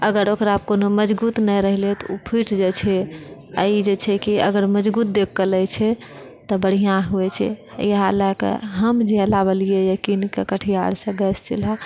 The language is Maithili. अगर ओकरा कओनो मजबुत नहि रहलै तऽ ओ फुटि जाइत छै आ ई जे छै अगर मजबूत देखिके ले छै तऽ बढिआँ होइत छै इएह लकऽ हम जे लावलियै हँ किनके कटिहारसँ गैस चूल्हा